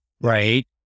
right